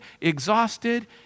exhausted